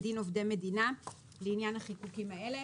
כדין עובדי המדינה לעניין חיקוקים אלה: